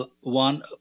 One